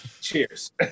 Cheers